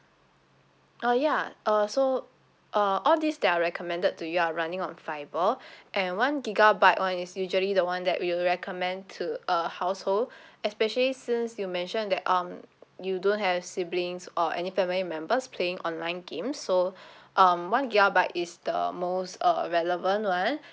ah ya uh so uh all these that are recommended to you are running on fiber and one gigabyte [one] is usually the one that we would recommend to a household especially since you mentioned that um you don't have siblings or any family members playing online games so um one gigabyte is the most uh relevant [one]